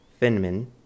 Finman